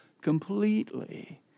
completely